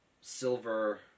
silver